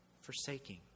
forsaking